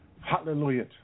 Hallelujah